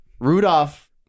Rudolph